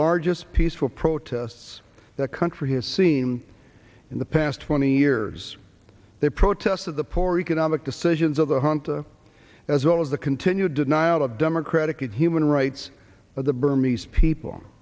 largest peaceful protests that country has seen in the past twenty years the protest of the poor economic decisions of the hanta as well as the continued denial of democratic and human rights of the burmese people